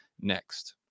next